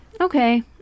okay